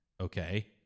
okay